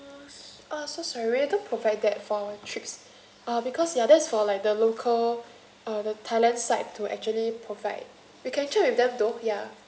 uh so sorry we are not provide that for our trips uh because ya that's for like the local uh the thailand side to actually provide we can check with them though ya